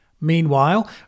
Meanwhile